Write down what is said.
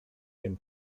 dem